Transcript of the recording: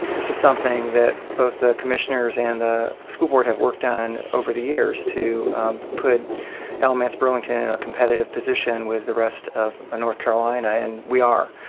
this is something that both the commissioners and the school board have worked on over the years to put elements burlington in a competitive position with the rest of ah north carolina. and we are,